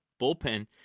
bullpen